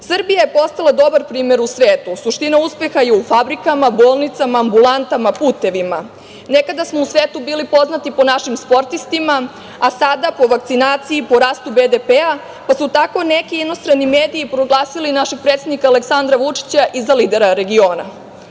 je postala dobar primer u svetu. Suština uspeha je u fabrikama, bolnicama, ambulantama, putevima. Nekada smo u svetu bili poznati po našim sportistima, a sada po vakcinaciji i po rastu BDP-a, pa su tako neki inostrani mediji proglasili našeg predsednika Aleksandra Vučića i za lidera regiona.